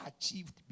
achieved